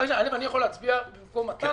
אני יכול להצביע במקום מתן?